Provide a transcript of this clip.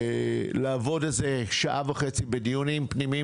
לעבוד על זה שעה וחצי בדיונים פנימיים